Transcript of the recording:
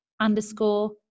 underscore